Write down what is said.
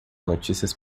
notícias